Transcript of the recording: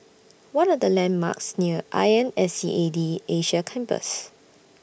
What Are The landmarks near I N S E A D Asia Campus